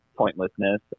pointlessness